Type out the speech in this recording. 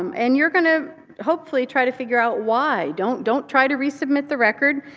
um and you're going to hopefully try to figure out why. don't don't try to resubmit the record.